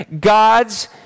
God's